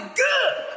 good